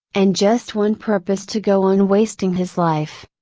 and just one purpose to go on wasting his life.